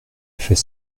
fait